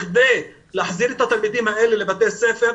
כדי להחזיר את התלמידים האלה לבתי הספר,